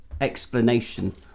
explanation